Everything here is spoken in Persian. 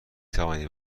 توانید